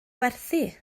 werthu